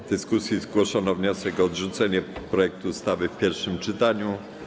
W dyskusji zgłoszono wniosek o odrzucenie projektu ustawy w pierwszym czytaniu.